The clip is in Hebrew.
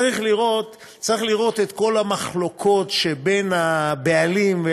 צריך לראות את כל המחלוקות שבין הבעלים,